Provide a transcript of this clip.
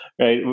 right